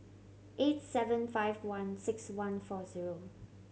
eight seven five one six one four zero